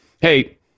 hey